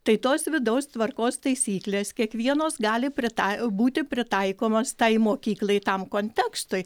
tai tos vidaus tvarkos taisyklės kiekvienos gali pritai būti pritaikomos tai mokyklai tam kontekstui